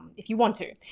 if you want to.